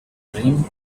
dream